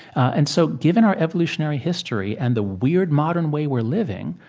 and so, given our evolutionary history, and the weird modern way we're living,